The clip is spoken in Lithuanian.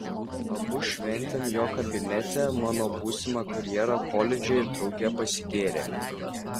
abu šventėm jo kabinete mano būsimą karjerą koledže ir drauge pasigėrėme